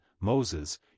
Moses